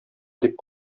дип